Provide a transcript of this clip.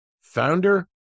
founder